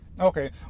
Okay